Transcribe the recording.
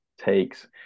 takes